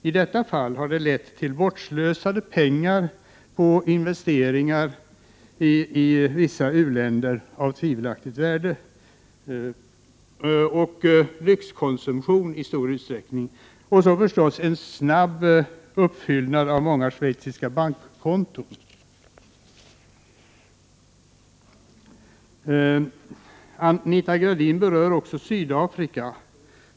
I detta fall har det lett till bortslösade pengar till investeringar av tvivelaktigt värde i vissa u-länder och till lyxkonsumtion i stor utsträckning samt inte minst en snabb påfyllning på många schweiziska bankkonton. Anita Gradin berör också Sydafrika.